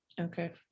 okay